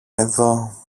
εδώ